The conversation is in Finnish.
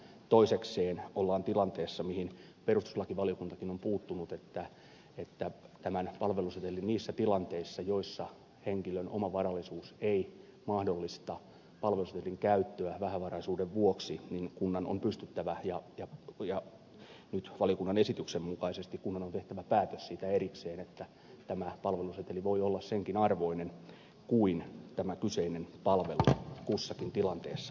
toisekseen ollaan tilanteessa mihin perustuslakivaliokuntakin on puuttunut että niissä tilanteissa joissa henkilön oma varallisuus ei mahdollista palvelusetelin käyttöä vähävaraisuuden vuoksi kunnan on pystyttävä järjestämään asia niin ja nyt valiokunnan esityksen mukaisesti kunnan on tehtävä päätös siitä erikseen että tämä palveluseteli voi olla senkin arvoinen kuin tämä kyseinen palvelu kussakin tilanteessa on